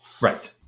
right